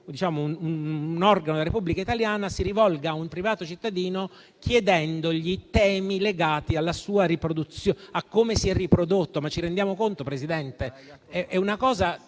un organo della Repubblica italiana si rivolga a un privato cittadino chiedendogli spiegazioni su temi legati a come si è riprodotto. Ma ci rendiamo conto, Presidente?